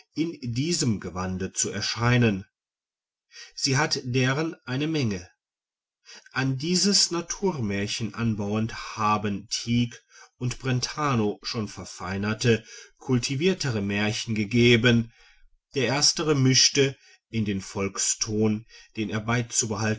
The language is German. in diesem gewande zu erscheinen sie hat deren eine menge an dieses naturmärchen anbauend haben tieck und brentano schon verfeinerte kultiviertere märchen gegeben der erstere mischte in den volkston den